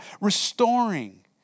restoring